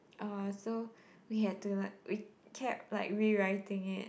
uh so we had to like we kept like rewriting it